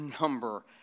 number